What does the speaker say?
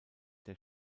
der